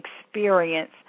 experience